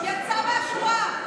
יצא מהשורה,